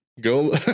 Go